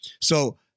So-